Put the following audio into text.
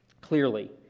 clearly